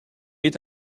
est